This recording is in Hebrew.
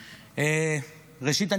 ראשית,